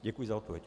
Děkuji za odpověď.